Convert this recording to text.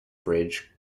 bridge